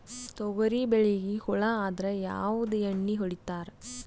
ತೊಗರಿಬೇಳಿಗಿ ಹುಳ ಆದರ ಯಾವದ ಎಣ್ಣಿ ಹೊಡಿತ್ತಾರ?